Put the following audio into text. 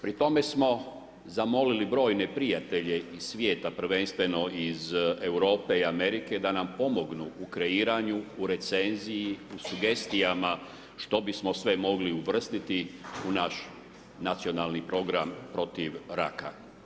Pri tome smo zamolili brojne prijatelje iz svijeta prvenstveno iz Europe i Amerike, da nam pomognu u kreiranju u recenziji u sugestijama što bismo sve mogli uvrstiti u naš Nacionalni program protiv raka.